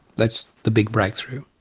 that's the big breakthrough.